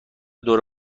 دور